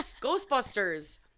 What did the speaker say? Ghostbusters